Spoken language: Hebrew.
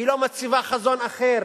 היא לא מציבה חזון אחר,